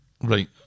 Right